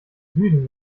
süden